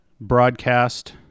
broadcast